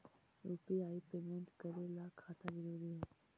UPI payment करे ला खाता जरूरी है?